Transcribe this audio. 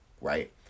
right